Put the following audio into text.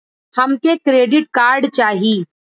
हमके credit card चाही